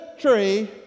tree